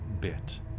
bit